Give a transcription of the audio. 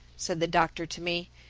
said the doctor to me.